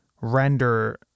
render